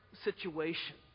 situation